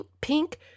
pink